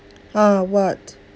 ah what